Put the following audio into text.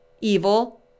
evil